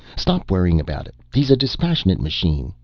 stop worrying about it. he's a dispassionate machine,